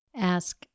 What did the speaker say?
Ask